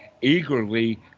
eagerly